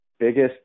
biggest